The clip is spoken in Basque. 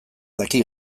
daki